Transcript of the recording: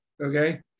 Okay